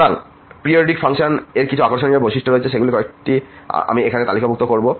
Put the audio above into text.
সুতরাং periodic function এর কিছু আকর্ষণীয় বৈশিষ্ট্য রয়েছে সেগুলির কয়েকটি আমি এখানে তালিকাভুক্ত করব